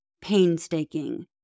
painstaking